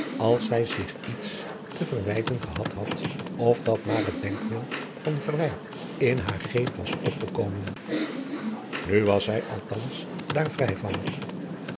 als zij zich iets te verwijten gehad had of dat maar het denkbeeld van verwijt in haar geest was opgekomen nu was zij althans daar vrij van